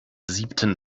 siebten